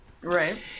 Right